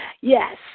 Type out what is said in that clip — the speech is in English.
Yes